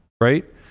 Right